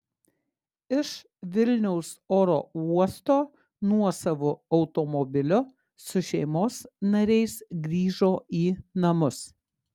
iš vilniaus oro uosto nuosavu automobiliu su šeimos nariais grįžo į namus